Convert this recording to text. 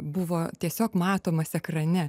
buvo tiesiog matomas ekrane